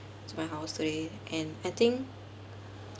to my house today and I think